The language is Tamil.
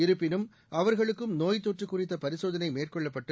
இருப்பினும் அவர்களுக்கும் நோய்த் தொற்று குறித்த பரிசோதனை மேற்கொள்ளப்பட்டு